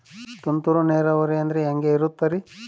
ತುಂತುರು ನೇರಾವರಿ ಅಂದ್ರೆ ಹೆಂಗೆ ಇರುತ್ತರಿ?